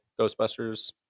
ghostbusters